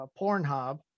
Pornhub